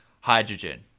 Hydrogen